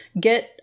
Get